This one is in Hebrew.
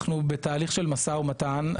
אנחנו בתהליך של משא ומתן.